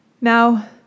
Now